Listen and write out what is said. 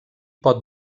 pot